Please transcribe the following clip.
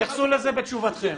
תתייחסו לזה בתשובתכם.